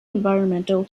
environmental